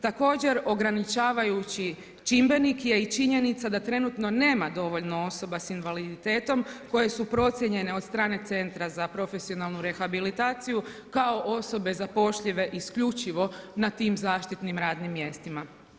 Također ograničavajući čimbenik je i činjenica da trenutno nema dovoljno osoba sa invaliditetom koje su procijenjene od strane Centra za profesionalnu rehabilitaciju kao osobe zapošljive isključivo na tim zaštitnim radnim mjestima.